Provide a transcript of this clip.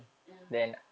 mm